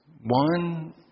one